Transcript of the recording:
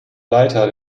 leiter